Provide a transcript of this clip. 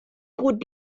gut